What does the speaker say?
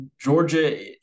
georgia